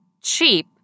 cheap